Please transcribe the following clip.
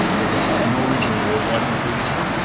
there was no regional road widening previously.